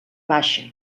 baixa